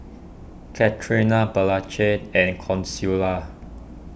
Katharina Blanche and Consuela